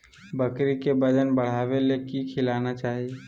बकरी के वजन बढ़ावे ले की खिलाना चाही?